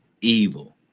evil